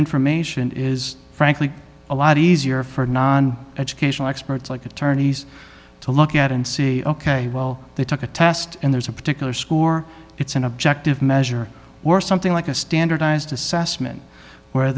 information is frankly a lot easier for a non educational experts like attorneys to look at and say ok well they took a test and there's a particular school or it's an objective measure or something like a standardized assessment where